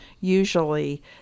usually